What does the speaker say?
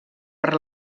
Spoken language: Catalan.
per